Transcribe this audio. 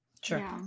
Sure